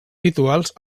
rituals